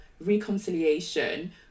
reconciliation